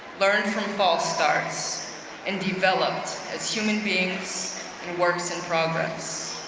learned from false starts and developed as human beings and works in progress.